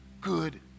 good